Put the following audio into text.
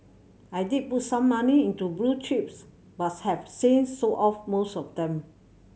I did put some money into blue chips buts have since sold off most of them